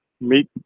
meet